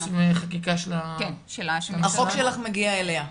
החוק שלך מגיע אליה בסוף,